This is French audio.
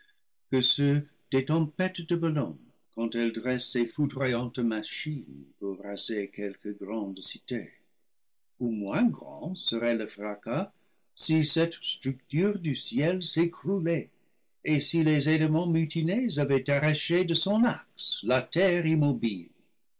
que ceux des tempêtes de bellone quand elle dresse ses foudroyantes machines pour raser quelque grande cité ou moins grand serait le fracas si cette structure du ciel s'écroulait et si les éléments mutinés avaient arraché de son axe la terre immobile